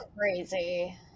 crazy